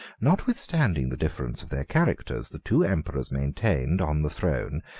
notwithstanding the difference of their characters, the two emperors maintained, on the throne,